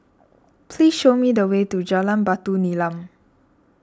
please show me the way to Jalan Batu Nilam